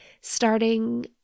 starting